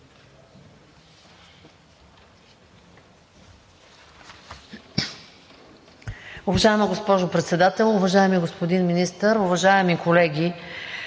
Уважаема госпожо Председател, уважаеми господин Министър, уважаеми колеги!